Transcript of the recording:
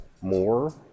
more